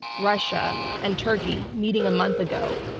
russia and turkey meeting a month ago,